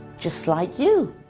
just like you.